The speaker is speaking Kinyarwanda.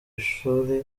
ishuri